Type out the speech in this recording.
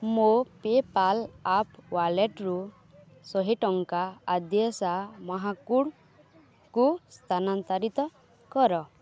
ମୋ PayPal app ୱାଲେଟ୍ରୁ ଶହେ ଟଙ୍କା ଆଦ୍ୟାଶା ମହାକୁଡ଼ଙ୍କୁ ସ୍ଥାନାନ୍ତାରିତ କର